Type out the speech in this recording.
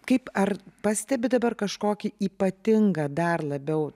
kaip ar pastebit dabar kažkokį ypatingą dar labiau